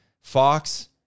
Fox